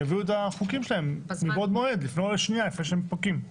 שיגישו את החוקים לוועדה מבעוד מועד ולא שנייה לפני שהם פוקעים.